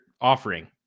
offering